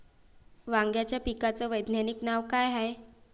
वांग्याच्या पिकाचं वैज्ञानिक नाव का हाये?